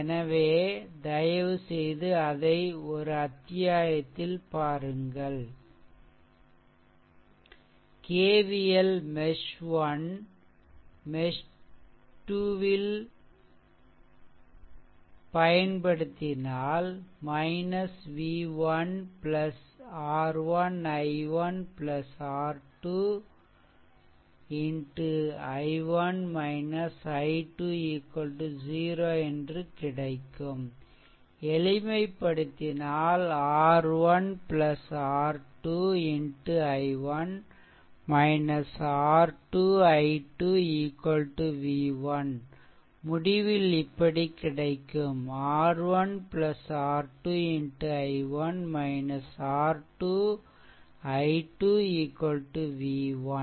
எனவே தயவுசெய்து அதை ஒரு அத்தியாயத்தில் பாருங்கள் KVL மெஷ்1 மெஷ்2 ல்mesh 1mesh 2 பயன்படுத்தினால் v 1 R 1 i1 R 2 x i1 i2 0 என்று கிடைக்கும் எளிமைப்படுத்தினால் R 1 R 2 i1 R 2 i2 v 1 முடிவில் இப்படி கிடைக்கும் R 1 R 2 i1 R 2 i2 v 1